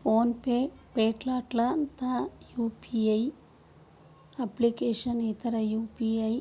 phone pay ಫ್ಲಿಪ್ಕಾರ್ಟ್ನಂತ ಯು.ಪಿ.ಐ ಅಪ್ಲಿಕೇಶನ್ನ್ ಇತರ ಯು.ಪಿ.ಐ